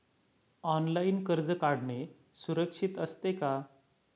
Online कर्ज काढणे सुरक्षित असते का?